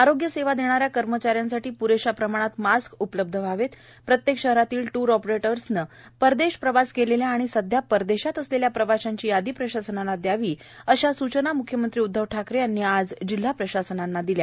आरोग्य सेवा देणाऱ्या कर्मचाऱ्यांसाठी प्रेशा प्रमाणात मास्क उपलब्ध व्हावेत प्रत्येक शहरातील ट्र ऑपरेटर्सनी परदेश प्रवास केलेल्या आणि सध्या परदेशात असलेल्या प्रवाशांची यादी प्रशासनाला द्यावी अशा सूचना म्ख्यमंत्री उद्धव ठाकरे यांनी आज जिल्हा प्रशासनाला दिल्या